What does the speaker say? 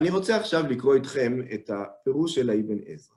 אני רוצה עכשיו לקרוא איתכם את הפירוש של האבן עזרא